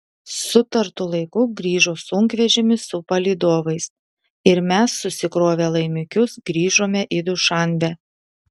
sutartu laiku grįžo sunkvežimis su palydovais ir mes susikrovę laimikius grįžome į dušanbę